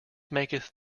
maketh